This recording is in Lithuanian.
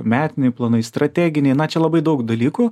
metiniai planai strateginiai na čia labai daug dalykų